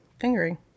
fingering